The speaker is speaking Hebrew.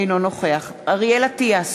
אינו נוכח אריאל אטיאס,